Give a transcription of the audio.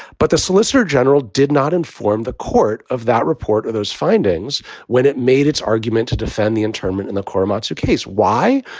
but the solicitor general did not inform the court of that report of those findings when it made its argument to defend the internment in the korematsu case. why?